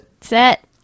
Set